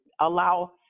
allow